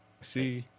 see